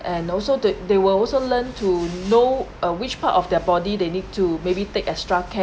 and also they they will also learn to know uh which part of their body they need to maybe take extra care